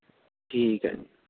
ਠੀਕ ਹੈ